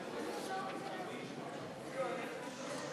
הציוני וקבוצת סיעת הרשימה המשותפת לאחרי סעיף